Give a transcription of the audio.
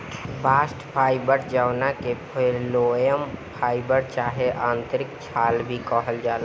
bast fibre जवना के phloem fibre चाहे आंतरिक छाल भी कहल जाला